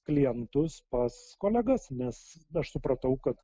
klientus pas kolegas nes aš supratau kad